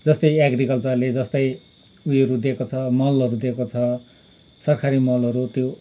जस्तै एग्रिकल्चरले जस्तै उयोहरू दिएको छ मलहरू दिएको छ सरकारी मलहरू त्यो